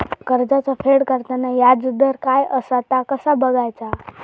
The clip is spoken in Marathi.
कर्जाचा फेड करताना याजदर काय असा ता कसा बगायचा?